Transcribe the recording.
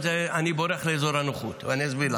אני לא רוצה ללכת לשם,